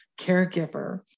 caregiver